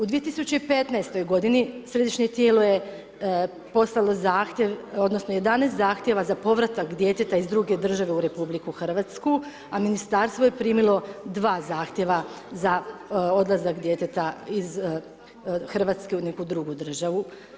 U 2015. godini središnje tijelo je poslalo zahtjev, odnosno 11 zahtjeva za povratak djeteta iz druge države u RH a ministarstvo je primilo dva zahtjeva za odlazak djeteta iz Hrvatske u neku drugu državu.